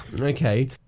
Okay